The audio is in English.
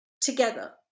together